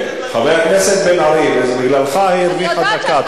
חבר הכנסת בן-ארי, בגללך היא הרוויחה דקה.